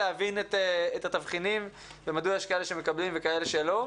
אנחנו רוצים להבין את התבחינים ומדוע יש מי שמקבלים ומי שלא מקבלים.